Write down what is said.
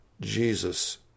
Jesus